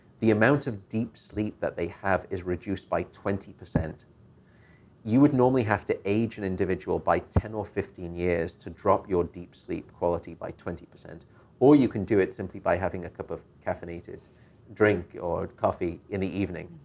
the amount of deep sleep that they have is reduced by twenty. you would normally have to age an individual by ten or fifteen years to drop your deep sleep quality by twenty, or you can do it simply by having a cup of caffeinated drink or coffee in the evening.